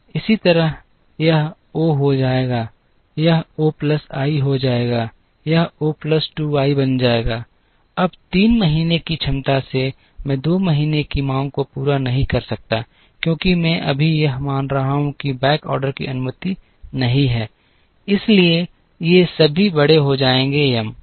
इसी तरह यह O हो जाएगा यह O plus i हो जाएगा यह O plus 2 i बन जाएगा अब 3 महीने की क्षमता से मैं 2 महीने की मांग को पूरा नहीं कर सकता क्योंकि मैं अभी यह मान रहा हूं कि बैक ऑर्डर की अनुमति नहीं है इसलिए ये सभी बड़े हो जाएंगे म